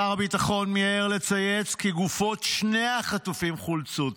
שר הביטחון מיהר לצייץ כי גופות שני החטופים חולצו.